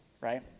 right